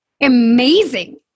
amazing